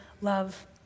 love